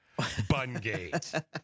Bungate